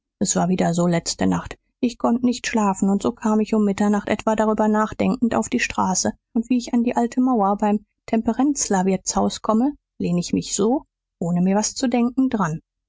s war wieder so letzte nacht ich konnt nicht schlafen und so kam ich um mitternacht etwa drüber nachdenkend auf die straße und wie ich an die alte mauer beim temperenzler wirtshaus komme lehn ich mich so ohne mir was zu denken dran